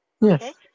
Yes